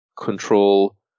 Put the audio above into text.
control